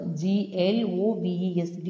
gloves